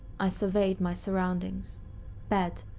i surveyed my surroundings bed,